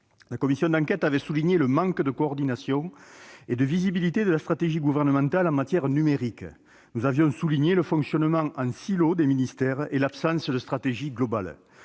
La commission d'enquête avait souligné le manque de coordination et de visibilité de la stratégie gouvernementale en matière numérique. Nous avions relevé le fonctionnement en silos des ministères et l'absence de stratégie globale.